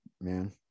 man